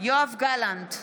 יואב גלנט,